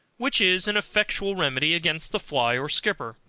which is an effectual remedy against the fly or skipper.